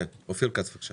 אופיר כץ, בבקשה.